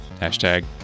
hashtag